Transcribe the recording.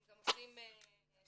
הם גם עושים שמאויות,